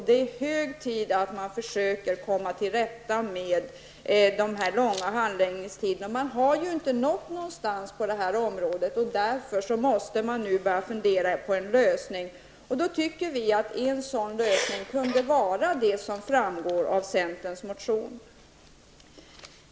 Det är hög tid att försöka komma till rätta med de långa handläggningstiderna. Man har inte nått någonstans på det området. Därför måste man nu börja fundera på en lösning. Vi tycker att en sådan lösning kunde vara så som framgår av centerns motion.